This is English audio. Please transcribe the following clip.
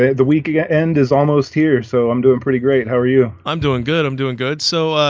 the weekend is almost here so i'm doing pretty great. how are you? i'm doing good. i'm doing good so, ah,